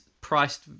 priced